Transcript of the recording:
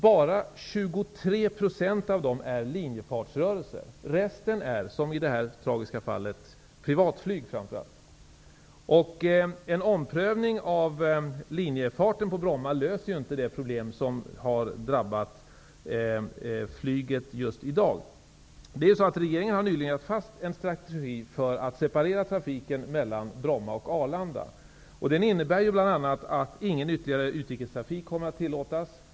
Bara 23 % av dessa är linjefartsrörelser. Resten är, som i dagens tragiska fall, i huvudsak privatflyg. En omprövning av linjefarten på Bromma löser inte det problem som har drabbat flyget just i dag. Regeringen har just lagt fast en strategi för att separera trafiken mellan Bromma och Arlanda, vilket bl.a. innebär att ingen ytterligare utrikestrafik kommer att tillåtas på Bromma.